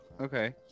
okay